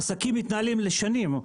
העסקים מתנהלים לשנים,